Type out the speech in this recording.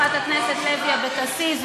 חברת הכנסת אורלי לוי אבקסיס,